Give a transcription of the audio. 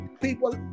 people